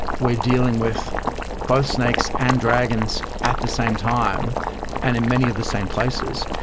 we're dealing with both snakes and dragons at the same time and in many of the same places.